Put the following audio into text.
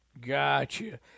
Gotcha